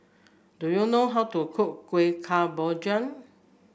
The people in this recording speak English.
do you know how to cook Kueh Kemboja